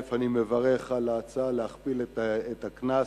אני מברך על ההצעה להכפיל את הקנס.